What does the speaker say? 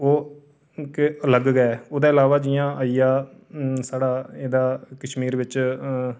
ओह् इक अलग गै ऐ ओह्दे अलावा जियां आई गेआ साढ़ा एह्दा कश्मीर बिच्च